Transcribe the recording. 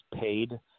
paid